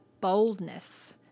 boldness